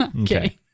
Okay